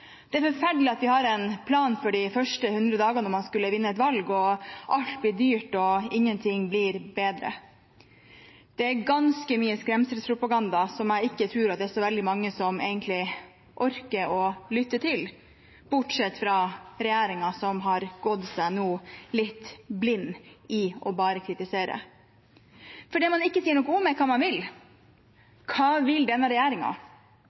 Det er forferdelig at man har en plan for de første 100 dagene om man skulle vinne et valg. Alt blir dyrt, og ingen ting blir bedre. Det er ganske mye skremselspropaganda, som jeg ikke tror det er så veldig mange som egentlig orker å lytte til, bortsett fra regjeringen som har sett seg litt blind på bare å kritisere. Det man ikke sier noe om, er hva man vil. Hva vil denne